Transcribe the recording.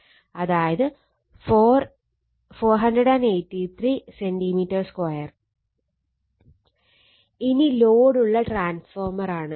അതായത് 483 cm 2 ഇനി ലോഡുള്ള ട്രാൻസ്ഫോർമർ ആണ്